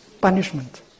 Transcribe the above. Punishment